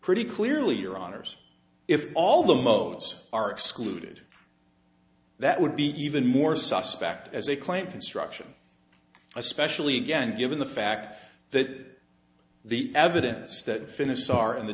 pretty clearly your honour's if all the modes are excluded that would be even more suspect as a claim construction especially again given the fact that the evidence that finishes are in the